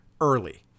early